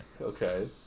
Okay